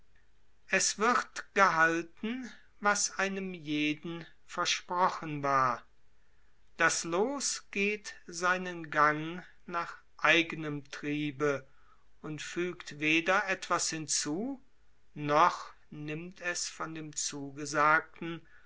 es wird gehalten was einem jeden versprochen war das loos geht seinen gang nach eignem triebe und fügt weder etwas hinzu noch nimmt es von dem zugesagten